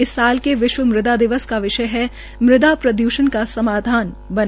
इस साल के विश्व मृदा दिवस का विषय है मुदा प्रद्षण का समाधान बने